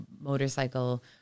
motorcycle